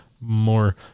more